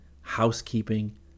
housekeeping